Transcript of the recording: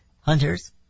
hunters